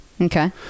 okay